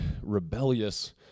rebellious